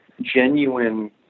genuine